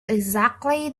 exactly